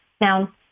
Now